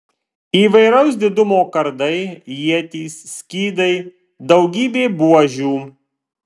įvairaus didumo kardai ietys skydai daugybė buožių